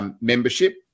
membership